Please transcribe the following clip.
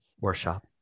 Workshop